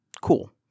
cool